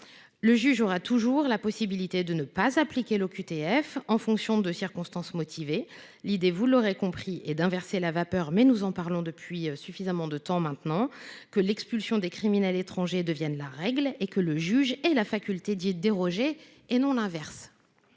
Le juge aura toujours la possibilité de ne pas appliquer l’OQTF en fonction de circonstances motivées. L’idée, vous l’aurez compris, est d’inverser la vapeur – nous en parlons depuis suffisamment de temps maintenant –, afin que l’expulsion des criminels étrangers devienne la règle, tout en laissant au juge la faculté d’y déroger. L’amendement